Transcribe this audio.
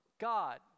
God